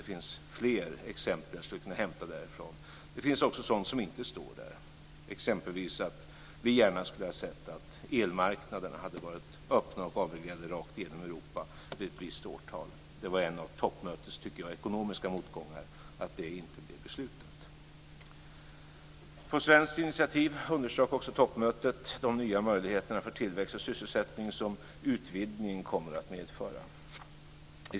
Det finns fler exempel som jag skulle kunna hämta därifrån. Det finns också sådant som inte står där, exempelvis att vi gärna skulle ha sett att elmarknaderna hade varit öppna och avreglerade rakt igenom Europa vid ett visst årtal. Det var en av toppmötets ekonomiska motgångar att det inte blev beslutat, tycker jag.